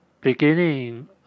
beginning